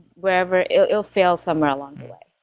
wherever it will fail somewhere along the way.